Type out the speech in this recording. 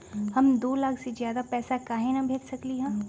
हम दो लाख से ज्यादा पैसा काहे न भेज सकली ह?